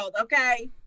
Okay